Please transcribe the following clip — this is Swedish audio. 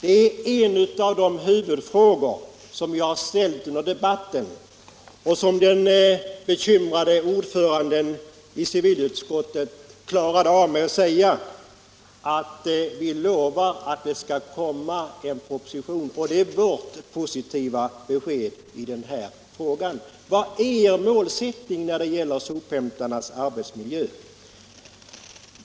Det är en av de huvudfrågor som jag har ställt under debatten och som den bekymrade ordföranden i civilutskottet klarade av med att säga: ”Vi lovar att det skall komma en proposition. Det är vårt positiva besked i denna fråga.” Vilken är er målsättning när det gäller sophämtarnas arbetsmiljö?